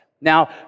Now